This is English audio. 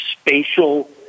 spatial